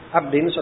Abdin